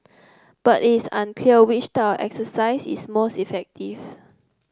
but it is unclear which type of exercise is most effective